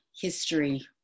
history